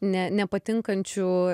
ne nepatinkančių